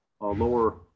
lower